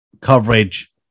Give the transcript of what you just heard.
coverage